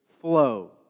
flow